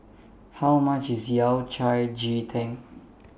How much IS Yao Cai Ji Tang